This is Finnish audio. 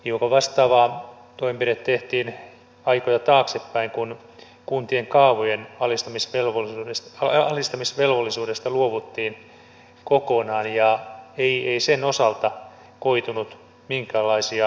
hiukan vastaava toimenpide tehtiin aikoja taaksepäin kun kuntien kaavojen alistamisvelvollisuudesta luovuttiin kokonaan ja ei sen osalta koitunut minkäänlaisia ongelmia